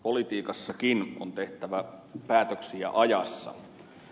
politiikassakin on tehtävä päätöksiä ajassa